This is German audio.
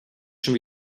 schon